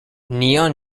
neon